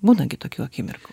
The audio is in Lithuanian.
būna gi tokių akimirkų